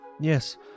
Yes